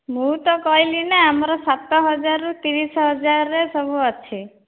ମୁଁ ତ କହିଲି ନା ଆମର ସାତ ହଜାରରୁ ତିରିଶ ହଜାରରେ ସବୁ ଅଛି